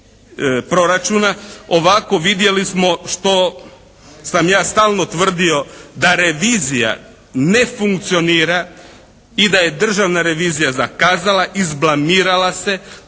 Ovako vidjeli smo što sam ja stvarno tvrdio da revizija ne funkcionira i da je državna revizija zakazala, izblamirala se.